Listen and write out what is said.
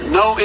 no